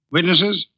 Witnesses